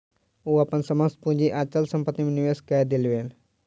ओ अपन समस्त पूंजी अचल संपत्ति में निवेश कय देलैन